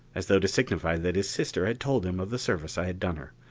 as though to signify that his sister had told him of the service i had done her.